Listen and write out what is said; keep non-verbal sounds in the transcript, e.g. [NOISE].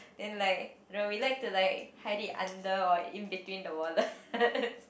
then like you know we like to like hide it under or in between the wallets [LAUGHS]